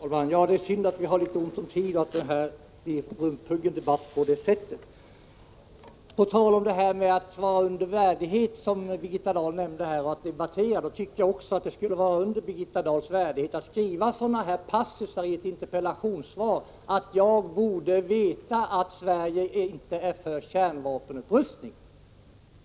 Herr talman! Det är synd att vi har litet ont om tid. På det sättet blir den här debatten rumphuggen. På tal om att det skulle vara under vår värdighet att debattera vissa saker vill jag säga att jag tycker att det också borde vara under Birgitta Dahls värdighet att ta med sådana passusar i interpellationssvaret som här förekommer — med andra ord att jag borde veta att Sverige inte är för en kärnvapenupprustning.